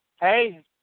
hey